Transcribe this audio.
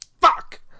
Fuck